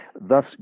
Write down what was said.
Thus